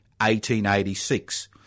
1886